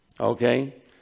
Okay